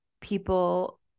people